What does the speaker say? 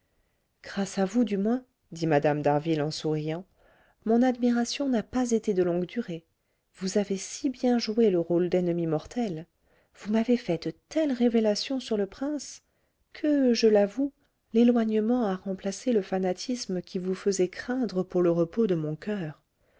grâce à vous du moins dit mme d'harville en souriant mon admiration n'a pas été de longue durée vous avez si bien joué le rôle d'ennemie mortelle vous m'avez fait de telles révélations sur le prince que je l'avoue l'éloignement a remplacé le fanatisme qui vous faisait craindre pour le repos de mon coeur